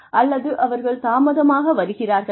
அல்லது அவர்கள் தாமதமாக வருகிறார்களா